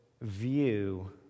view